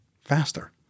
faster